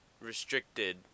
restricted